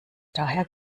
daher